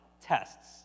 tests